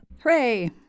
Hooray